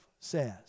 says